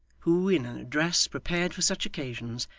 who in an address prepared for such occasions,